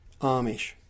Amish